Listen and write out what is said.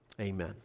Amen